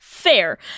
fair